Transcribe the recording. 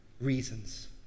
reasons